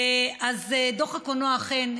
שאלה אחת.